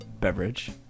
beverage